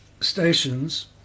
stations